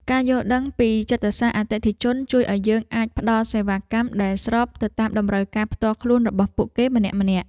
ការយល់ដឹងពីចិត្តសាស្ត្រអតិថិជនជួយឱ្យយើងអាចផ្ដល់សេវាកម្មដែលស្របទៅតាមតម្រូវការផ្ទាល់ខ្លួនរបស់ពួកគេម្នាក់ៗ។